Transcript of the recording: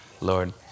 Lord